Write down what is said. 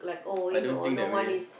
I don't think that way